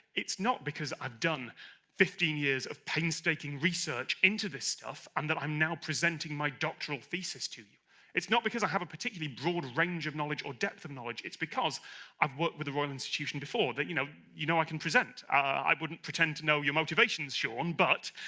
it's not because i've done fifteen years of painstaking research into this stuff and that i'm now presenting my doctoral thesis to you it's not because i have a particularly broad range of knowledge or depth of knowledge it's because i've worked with the royal institution before, you know you know i can present. i wouldn't pretend to know your motivations, sean, but,